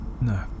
No